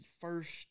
first